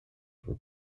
for